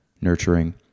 nurturing